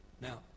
Now